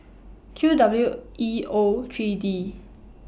Q W E O three D